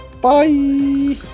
Bye